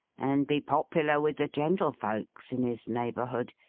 and be popular with the gentlefolks in his neighbourhood.